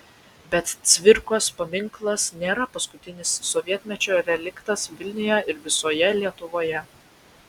bet cvirkos paminklas nėra paskutinis sovietmečio reliktas vilniuje ir visoje lietuvoje